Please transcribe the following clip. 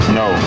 no